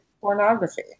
pornography